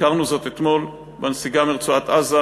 הזכרנו זאת אתמול, בנסיגה מרצועת-עזה,